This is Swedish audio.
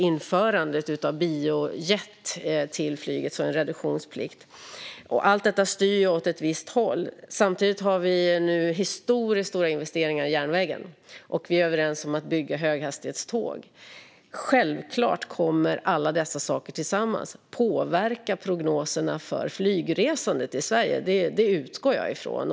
Införandet av biojet till flyget är också en reduktionsplikt. Allt detta styr åt ett visst håll. Samtidigt har vi nu historiskt stora investeringar i järnvägen och är överens om att bygga höghastighetståg. Självklart kommer alla dessa saker tillsammans att påverka prognoserna för flygresandet i Sverige. Det utgår jag från.